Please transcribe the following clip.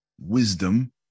Wisdom